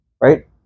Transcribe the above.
right